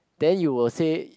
then you will say